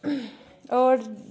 ٲٹھ